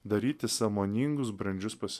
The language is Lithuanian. daryti sąmoningus brandžius pas